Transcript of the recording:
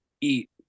eat